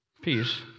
Peace